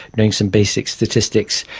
knowing some basic statistics,